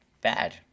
bad